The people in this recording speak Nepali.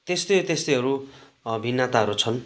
त्यस्तै त्यस्तैहरू भिन्नताहरू छन्